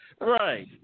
right